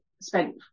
spent